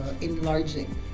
enlarging